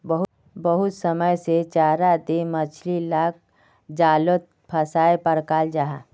बहुत समय से चारा दें मछली लाक जालोत फसायें पक्राल जाहा